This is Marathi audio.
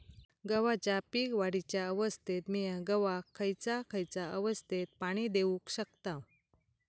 गव्हाच्या पीक वाढीच्या अवस्थेत मिया गव्हाक खैयचा खैयचा अवस्थेत पाणी देउक शकताव?